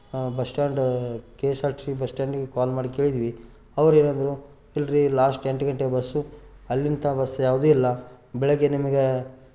bus stand K S R T C bus ಸ್ಟ್ಯಾಂಡಿಗೆ call ಮಾಡಿ ಕೇಳಿದ್ವಿ ಅವರೇನೆಂದರೂ ಇಲ್ಲರಿ ಲಾಸ್ಟ್ ಎಂಟು ಗಂಟೆ ಬಸ್ಸು ಅಲ್ಲಿಂದ ಬಸ್ ಯಾವುದೂ ಇಲ್ಲ ಬೆಳಗ್ಗೆ ನಿಮ್ಗೆ